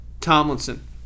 Tomlinson